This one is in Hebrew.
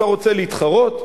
אתה רוצה להתחרות?